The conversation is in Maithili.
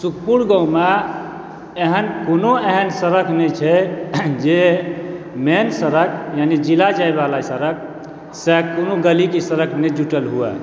सुखपुर गाँवमे एहन कोनो एहन सड़क नहि छै जे मेन सड़क यानि जिला जाइबला सड़कसँ कोनो गली कि सड़क नहि जुटल हुअ